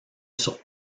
sur